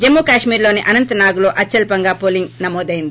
జమ్ము కశ్మీర్లోని అనంతనాగ్లో అత్యల్పంగా పోలింగ్ నమోదైంది